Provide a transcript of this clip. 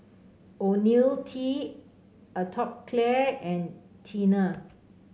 IoniL T Atopiclair and Tena